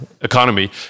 economy